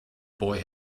boy